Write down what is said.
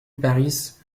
paris